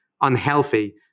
unhealthy